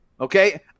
Okay